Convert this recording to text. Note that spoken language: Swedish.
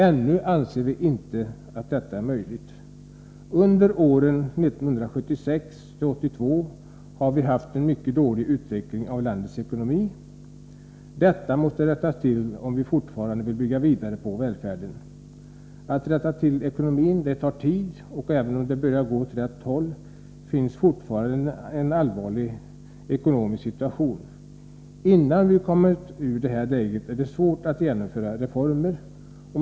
Vi anser dock att detta inte är möjligt ännu. Under åren 1976-1982 har vi haft en mycket dålig utveckling av landets ekonomi. Detta måste rättas till, om vi vill bygga vidare när det gäller välfärden. Att rätta till ekonomin tar tid. Även om det börjar gå åt rätt håll har vi fortfarande en allvarlig ekonomisk situation. Innan vi kommit ur detta läge är det svårt att genomföra reformer.